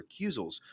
recusals